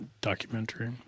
documentary